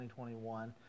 2021